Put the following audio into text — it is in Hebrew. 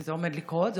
וזה עומד לקרות?